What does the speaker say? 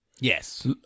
Yes